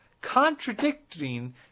contradicting